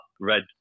red